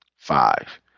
Five